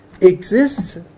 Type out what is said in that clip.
exists